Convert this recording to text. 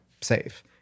safe